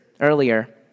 earlier